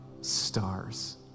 stars